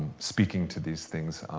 speaking to these things.